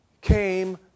came